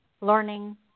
learning